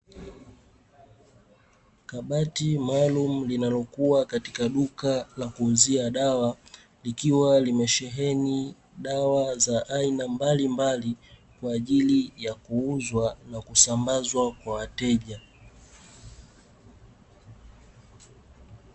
Kabati maalumu linalokuwa katika duka la kuuzia dawa, likiwa limesheheni dawa za aina mbalimbali kwa ajili ya kuuzwa na kusambazwa kwa wateja.